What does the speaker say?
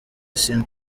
sean